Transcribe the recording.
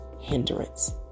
hindrance